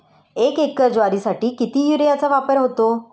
एक एकर ज्वारीसाठी किती युरियाचा वापर होतो?